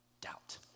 doubt